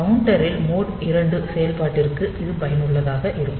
கவுண்டரில் மோட் 2 செயல்பாட்டிற்கு இது பயனுள்ளதாக இருக்கும்